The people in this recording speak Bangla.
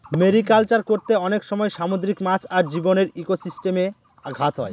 মেরিকালচার করতে অনেক সময় সামুদ্রিক মাছ আর জীবদের ইকোসিস্টেমে ঘাত হয়